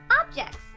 Objects